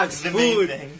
food